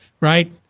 right